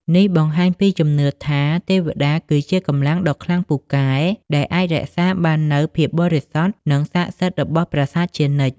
នេះបង្ហាញពីជំនឿថា ទេវតាគឺជាកម្លាំងដ៏ខ្លាំងពូកែដែលអាចរក្សាបាននូវភាពបរិសុទ្ធ និងស័ក្តិសិទ្ធិរបស់ប្រាសាទជានិច្ច។